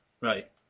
right